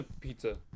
pizza